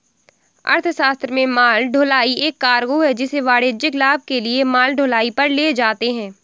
अर्थशास्त्र में माल ढुलाई एक कार्गो है जिसे वाणिज्यिक लाभ के लिए माल ढुलाई पर ले जाते है